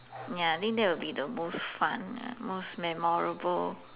ya think that will be the most fun lah most memorable